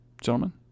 gentlemen